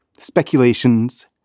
speculations